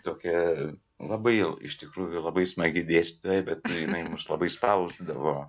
tokia labai jau iš tikrųjų labai smagi dėstytoja bet jinai mus labai spausdavo